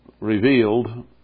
revealed